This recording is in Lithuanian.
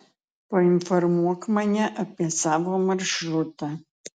painformuok mane apie savo maršrutą